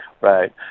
Right